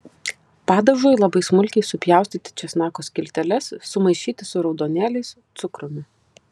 padažui labai smulkiai supjaustyti česnako skilteles sumaišyti su raudonėliais cukrumi